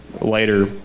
later